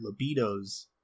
libidos